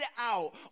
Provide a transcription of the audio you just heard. out